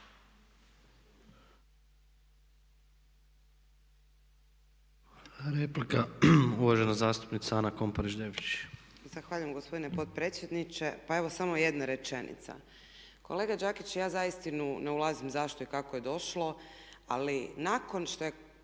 Replika uvažena zastupnica Ana Komparić Devčić. **Komparić Devčić, Ana (SDP)** Zahvaljujem gospodine potpredsjedniče. Pa evo samo jedna rečenica. Kolega Đakić ja uistinu ne ulazim zašto i kako je došlo ali nakon što je